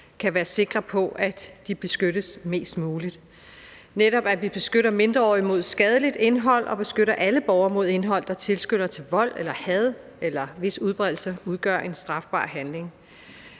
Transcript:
kan være sikre på, at de beskyttes mest muligt, og at vi netop beskytter mindreårige mod skadeligt indhold og beskytter alle borgere mod indhold, der tilskynder til vold eller had, eller hvis udbredelse udgør en strafbar handling.